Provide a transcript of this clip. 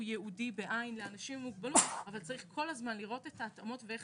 ייעודי לאנשים עם מוגבלות אבל צריך כל הזמן לראות את ההתאמות ואיך